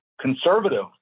conservative